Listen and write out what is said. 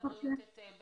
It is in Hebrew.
מברכת על